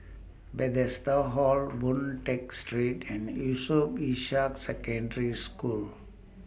Bethesda Hall Boon Tat Street and Yusof Ishak Secondary School